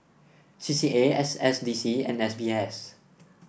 C C A S S D C and S B S